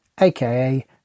aka